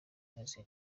nizi